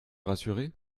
rassuré